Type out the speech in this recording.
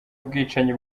ubwicanyi